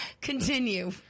continue